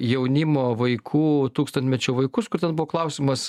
jaunimo vaikų tūkstantmečio vaikus kur ten buvo klausimas